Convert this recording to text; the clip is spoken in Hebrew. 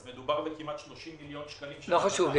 אז מדובר כמעט ב-30 מיליון שקלים --- לא חשוב לי.